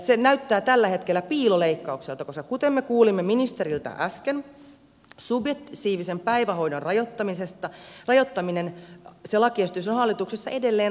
se näyttää tällä hetkellä piiloleikkaukselta koska kuten me kuulimme ministeriltä äsken lakiesitys subjektiivisen päivähoidon rajoittamisesta on hallituksessa edelleen aidosti auki